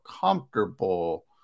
comfortable